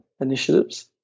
initiatives